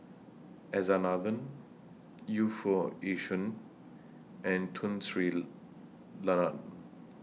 S R Nathan Yu Foo Yee Shoon and Tun Sri Lanang